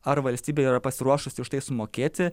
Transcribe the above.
ar valstybė yra pasiruošusi už tai sumokėti